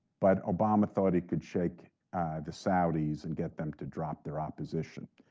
but obama thought he could shake the saudis and get them to drop their opposition.